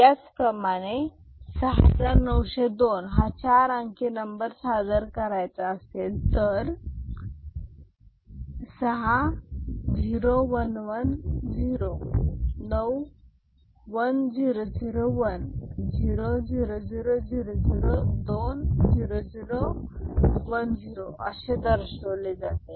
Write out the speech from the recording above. याच प्रमाणे 6902 चार अंकी नंबर सादर करायचा असेल तर 6 0110 9 1001 0 0000 2 0010 असे दर्शवले जाते